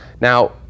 Now